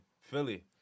Philly